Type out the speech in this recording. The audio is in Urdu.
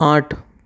آٹھ